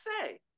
say